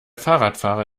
fahrradfahrer